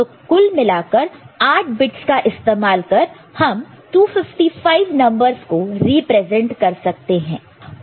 तो कुल मिलाकर 8 बिट्स का इस्तेमाल कर हम 255 नंबरस को रिप्रेजेंट कर सकते हैं